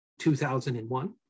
2001